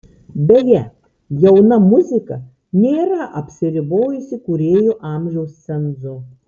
beje jauna muzika nėra apsiribojusi kūrėjų amžiaus cenzu